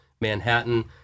Manhattan